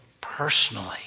personally